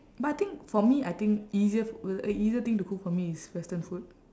but I think for me I think easier f~ w~ easier thing to cook for me is western food